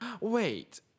Wait